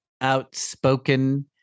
outspoken